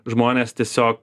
žmonės tiesiog